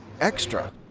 extra